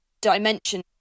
dimension